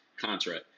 contract